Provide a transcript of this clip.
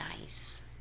nice